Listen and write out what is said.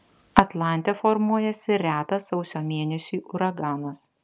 atlante formuojasi retas sausio mėnesiui uraganas